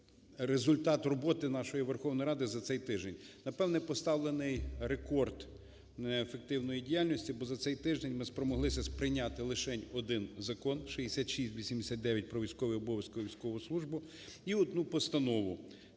результат роботи нашої Верховної Ради за цей тиждень. Напевне, поставлений рекорд неефективної діяльності, бо за цей тиждень ми спромоглися прийняти лишень один закон 6689 про військовий обов'язок і військову службу і одну постанову